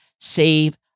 save